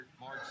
March